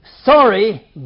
Sorry